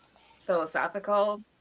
philosophical